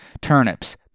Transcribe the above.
turnips